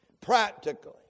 Practically